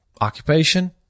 occupation